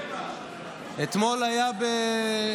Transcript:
אתמול היה בכנס,